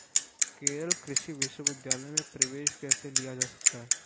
केरल कृषि विश्वविद्यालय में प्रवेश कैसे लिया जा सकता है?